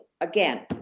again